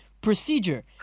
procedure